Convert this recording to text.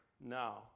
now